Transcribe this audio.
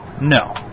No